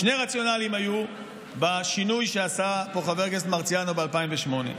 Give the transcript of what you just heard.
שני רציונלים היו בשינוי שעשה פה חבר הכנסת מרציאנו ב-2008.